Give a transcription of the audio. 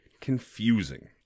confusing